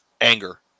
anger